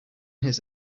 his